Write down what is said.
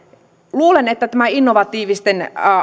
luulen että tämä innovatiivisten